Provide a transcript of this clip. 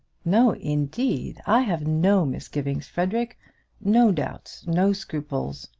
no, indeed. i have no misgivings, frederic no doubts, no scruples,